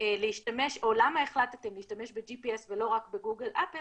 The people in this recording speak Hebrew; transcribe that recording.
להשתמש או למה להחלטתם להשתמש ב-GPS ולא רק בגוגל-אפל